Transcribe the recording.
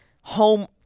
home